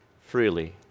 freely